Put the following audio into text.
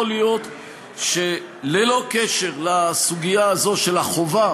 יכול להיות שללא קשר לסוגיה הזאת של החובה